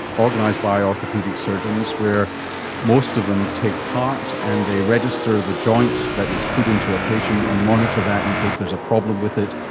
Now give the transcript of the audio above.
organised by orthopaedic surgeons, where most of them take part and they register the joint that is put into a patient and monitor that in case there's a problem with it,